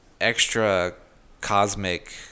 extra-cosmic